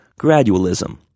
gradualism